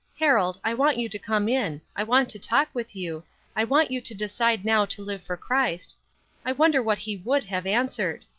harold, i want you to come in i want to talk with you i want you to decide now to live for christ i wonder what he would have answered.